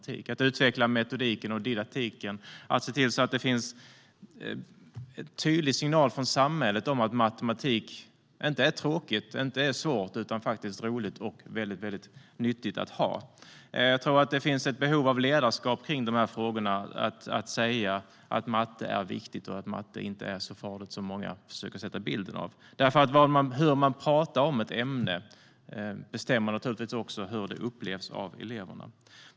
Det handlar om att utveckla metodiken och didaktiken och se till att finns en tydlig signal från samhället om att matematik inte är tråkigt och svårt utan faktiskt roligt och väldigt nyttigt att ha. Det finns ett behov av ledarskap kring de frågorna att säga matte är viktigt och inte är så farligt som många försöker ge bilden av. Hur man talar om ett ämne bestämmer naturligtvis hur det upplevs av eleverna.